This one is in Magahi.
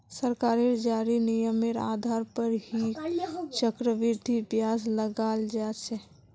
सरकारेर जारी नियमेर आधार पर ही चक्रवृद्धि ब्याज लगाल जा छे